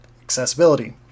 accessibility